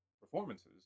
performances